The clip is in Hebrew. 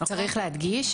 צריך להדגיש,